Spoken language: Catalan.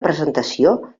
presentació